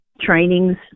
trainings